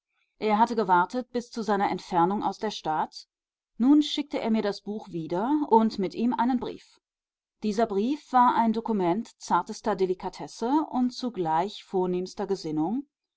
er hatte gewartet bis zu seiner entfernung aus der stadt nun schickte er mir das buch wieder und mit ihm einen brief dieser brief war ein dokument zartester delikatesse und zugleich vornehmster gesinnung